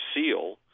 seal